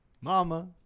Mama